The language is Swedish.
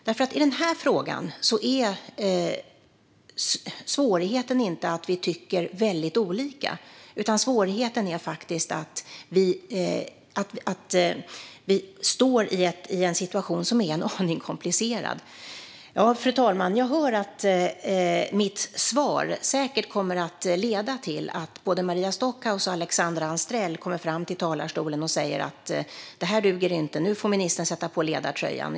Svårigheten med den här frågan är inte att vi tycker olika, utan svårigheten är att vi befinner oss i en situation som är en aning komplicerad. Fru talman! Mitt svar kommer säkert att leda till att både Maria Stockhaus och Alexandra Anstrell från talarstolen kommer att säga att det här inte duger. Nu får ministern sätta på sig ledartröjan.